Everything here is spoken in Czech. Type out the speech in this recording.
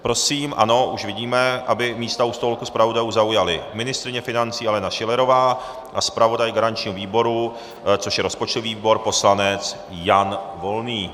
Prosím ano, už vidíme aby místa u stolku zpravodajů zaujali ministryně financí Alena Schillerová a zpravodaj garančního výboru, což je rozpočtový výbor, poslanec Jan Volný.